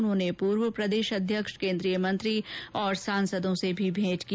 उन्होंने पूर्व प्रदेश अध्यक्ष कोन्द्रीय मंत्री और सांसदों से भी भेंट की